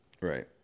Right